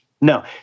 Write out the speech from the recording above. no